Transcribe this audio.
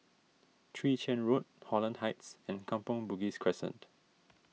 Chwee Chian Road Holland Heights and Kampong Bugis Crescent